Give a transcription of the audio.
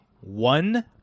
one